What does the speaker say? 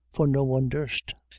for no one durst.